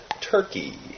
turkey